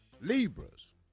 Libras